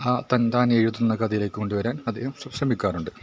ആ തന്താനെഴുതുന്ന കഥയിലേക്ക് കൊണ്ടു വരാൻ അദ്ദേഹം ശ്രമിക്കാറുണ്ട്